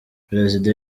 perezida